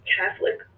catholic